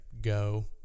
go